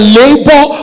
labor